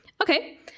Okay